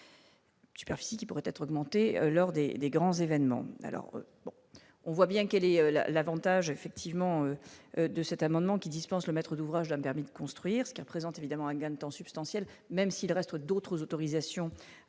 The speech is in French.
Superficie qui pourrait être augmenté lors des des grands événements, alors on voit bien quel est l'Avantage effectivement de cet amendement, qui dispense le maître d'ouvrage d'un permis de construire, ce qui représente évidemment un gain de temps substantiel, même s'il reste d'autres autorisations